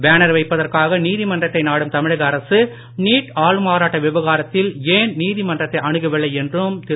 banner வைப்பதற்காக நீதிமன்றத்தை நாடும் தமிழக அரசு நீட் ஆள்மாறாட்ட விவகாரத்தில் ஏன் நீதிமன்றத்தை அணுகவில்லை என்றும் திரு